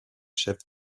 chef